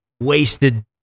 wasted